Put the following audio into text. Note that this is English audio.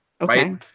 Okay